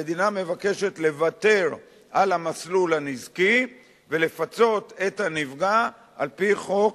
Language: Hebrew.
המדינה מבקשת לוותר על המסלול הנזקי ולפצות את הנפגע על-פי חוק